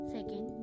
Second